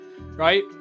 right